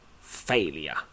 Failure